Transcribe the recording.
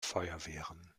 feuerwehren